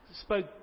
spoke